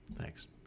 Thanks